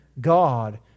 God